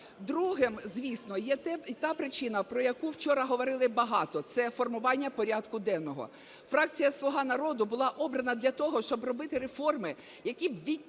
Другою, звісно, є та причина, про яку вчора говорили багато, це формування порядку денного. Фракція "Слуга народу" була обрана для того, щоб робити реформи, які б відтягували